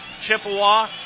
Chippewa